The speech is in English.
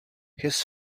his